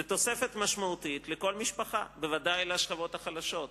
זו תוספת משמעותית לכל משפחה ובוודאי למשפחות החלשות.